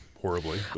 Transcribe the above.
horribly